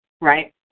right